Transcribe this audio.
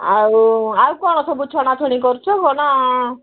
ଆଉ ଆଉ କ'ଣ ସବୁ ଛଣାଛଣି କରୁଛ କ'ଣ